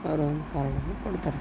ಅವ್ರು ಒಂದು ಕಾರ್ಡನ್ನು ಕೊಡ್ತಾರೆ